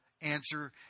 answer